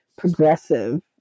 progressive